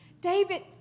David